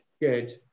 good